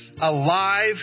alive